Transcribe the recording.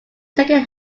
second